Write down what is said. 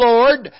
Lord